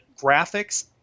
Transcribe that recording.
graphics